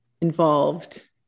involved